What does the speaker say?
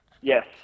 Yes